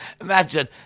imagine